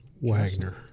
Wagner